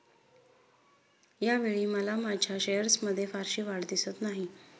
यावेळी मला माझ्या शेअर्समध्ये फारशी वाढ दिसत नाही